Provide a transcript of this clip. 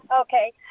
Okay